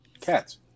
cats